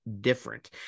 different